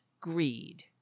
greed